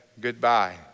goodbye